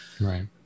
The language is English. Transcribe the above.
Right